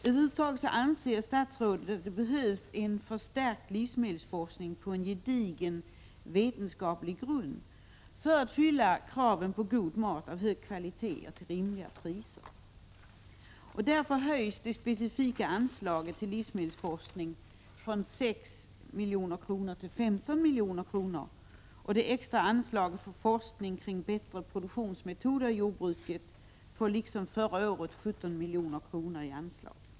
Över huvud taget anser statsrådet att det behövs en förstärkt livsmedelsforskning på en gediget vetenskaplig grund för att fylla kraven på god mat av hög kvalitet till rimliga priser. Därför höjs det specifika anslaget till livsmedelsforskning från 6 milj.kr. till 15 milj.kr., och det extra anslaget till forskning kring bättre produktionsmetoder i jordbruket får liksom förra året 17 milj.kr. i anslag.